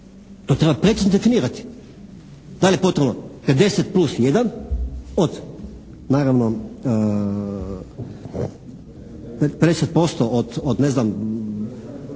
To treba precizno definirati da li je potrebno 50+1 od naravno 50% od neznam